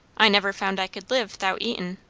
i never found i could live thout eating.